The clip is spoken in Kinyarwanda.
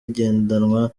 igendanwa